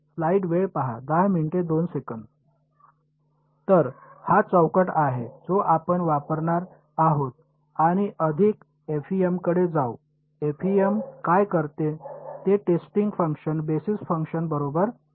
तर हाच चौकट आहे जो आपण वापरणार आहोत आणि अधिक एफईएमकडे जाऊ एफईएम काय करते ते टेस्टिंग फंक्शन बेसिस फंक्शन बरोबर असते